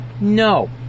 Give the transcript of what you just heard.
No